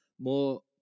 more